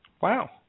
Wow